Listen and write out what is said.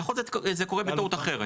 יכול להיות שזה קורה טעות אחרת.